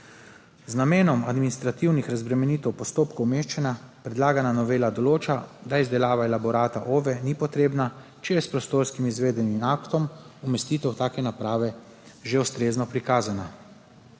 Z namenom administrativnih razbremenitev postopkov umeščanja predlagana novela določa, da izdelava elaborata OVE ni potrebna, če je s prostorskim izvedbenim aktom umestitev take naprave že ustrezno prikazana.